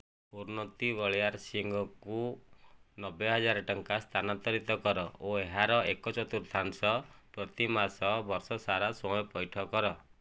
ଉନ୍ନତି ବଳିଆରସିଂହଙ୍କୁ ନବେହଜାର ଟଙ୍କା ସ୍ଥାନାନ୍ତରିତ କର ଓ ଏହାର ଏକ ଚତୁର୍ଥାଂଶ ପ୍ରତିମାସ ବର୍ଷ ସାରା ସ୍ଵୟଂ ପଇଠ କର